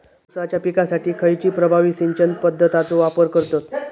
ऊसाच्या पिकासाठी खैयची प्रभावी सिंचन पद्धताचो वापर करतत?